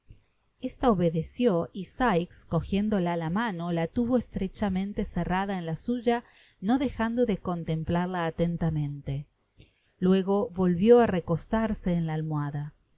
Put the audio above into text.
esta obedeció y bikes cojiéndola la mano la tuvo estrechamente cerrada en la suya no dejando de contemplarla atentamente luego volvió á recostarse en la almohada